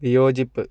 വിയോജിപ്പ്